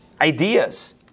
ideas